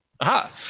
Aha